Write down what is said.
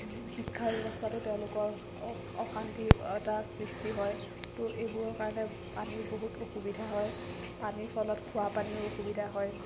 শিক্ষা ব্যৱস্থাটো তেওঁলোকৰ অশান্তিৰ এটা সৃষ্টি হয় তো এইবোৰৰ কাৰণে পানীৰ বহুত অসুবিধা হয় পানীৰ ফলত খোৱাপানীৰো অসুবিধা হয়